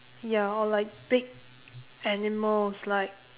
ya or like big animals like